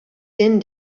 din